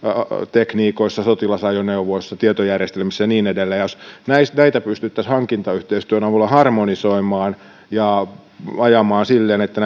tekniikoissa sotilasajoneuvoissa tietojärjestelmissä ja niin edelleen jos näitä pystyttäisiin hankintayhteistyön avulla harmonisoimaan ja ajamaan silleen että